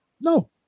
No